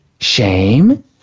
Shame